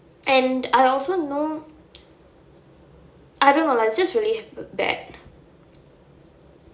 and I also know I don't know lah it's just really bad